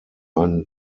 ein